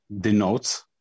denotes